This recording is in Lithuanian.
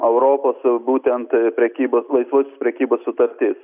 auropos būtent prekybos laisvosios prekybos sutartis